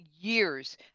years